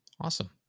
Awesome